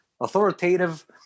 Authoritative